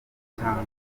cyangwa